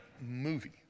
movie